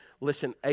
Listen